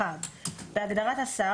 (1)בהגדרה "השר",